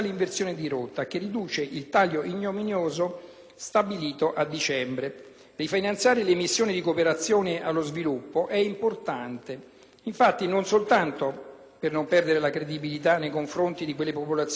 Rifinanziare le missioni di cooperazione allo sviluppo è importante, infatti, non soltanto per non perdere di credibilità nei confronti di quelle popolazioni che fanno affidamento sul contributo italiano, nonché nei confronti dei partner stranieri con i quali